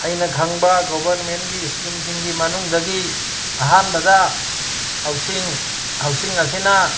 ꯑꯩꯅ ꯈꯪꯕ ꯒꯣꯕꯔꯃꯦꯟꯒꯤ ꯏꯁꯀꯤꯝꯁꯤꯡꯒꯤ ꯃꯅꯨꯡꯗꯒꯤ ꯑꯍꯥꯟꯕꯗ ꯍꯥꯎꯁꯤꯡ ꯍꯥꯎꯁꯤꯡ ꯑꯁꯤꯅ